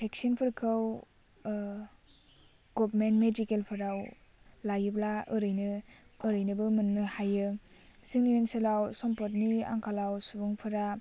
भेक्सिनफोरखौ government मेडिकेलफ्राव लायोब्ला ओरैनो ओरैनोबो मोन्नो हायो जोंनि ओनसोलाव सम्पदनि आंखालाव सुबुंफोरा